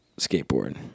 skateboard